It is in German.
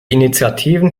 initiativen